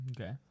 okay